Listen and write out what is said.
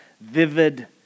vivid